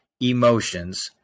Emotions